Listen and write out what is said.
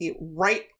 right